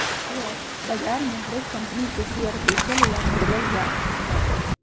share बाजार मे हरेक कम्पनी के शेयर बेचल या खरीदल जा हय